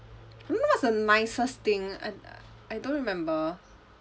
don't know what's the nicest thing I I don't remember